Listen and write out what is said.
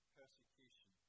persecution